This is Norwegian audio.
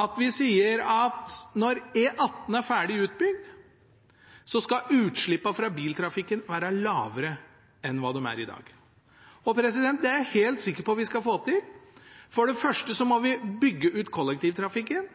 at vi sier at når E18 er ferdig utbygd, skal utslippene fra biltrafikken være lavere enn hva de er i dag. Det er jeg helt sikker på at vi skal få til. For det første må vi bygge ut kollektivtrafikken,